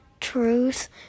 truth